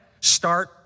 start